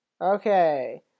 Okay